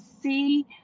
see